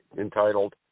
entitled